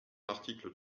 l’article